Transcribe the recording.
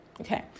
Okay